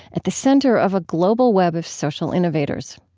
at the center of a global web of social innovators